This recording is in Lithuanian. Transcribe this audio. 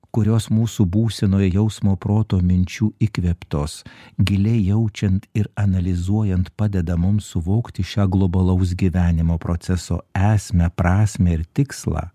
kurios mūsų būsenoje jausmo proto minčių įkvėptos giliai jaučiant ir analizuojant padeda mums suvokti šią globalaus gyvenimo proceso esmę prasmę ir tikslą